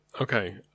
Okay